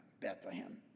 Bethlehem